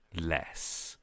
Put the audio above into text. less